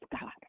god